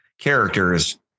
characters